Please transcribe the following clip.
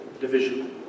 division